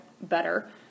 better